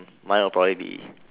mine will probably be